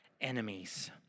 enemies